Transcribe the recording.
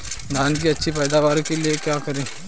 धान की अच्छी पैदावार के लिए क्या करें?